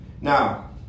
Now